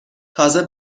تازه